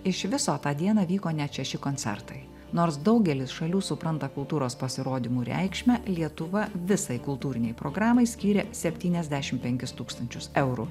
iš viso tą dieną vyko net šeši koncertai nors daugelis šalių supranta kultūros pasirodymų reikšmę lietuva visai kultūrinei programai skyrė septyniasdešimt penkis tūkstančius eurų